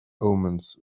omens